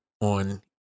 on